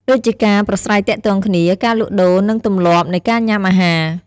ដូចជាការប្រាស្រ័យទាក់ទងគ្នា ការលក់ដូរ និងទម្លាប់នៃការញ៉ាំអាហារ។